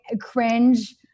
cringe